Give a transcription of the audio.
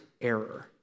error